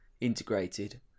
integrated